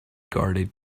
guarded